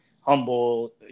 humble